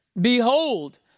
Behold